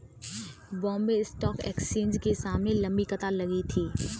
Bombay stock exchange के सामने लंबी कतार लगी थी